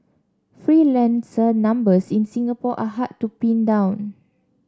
freelancer numbers in Singapore are hard to pin down